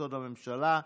לחוק-יסוד הממשלה.